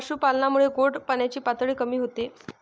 पशुपालनामुळे गोड पाण्याची पातळी कमी होते